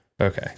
Okay